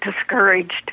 discouraged